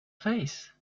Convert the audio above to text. face